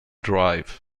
drive